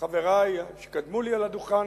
חברי שקדמו לי על הדוכן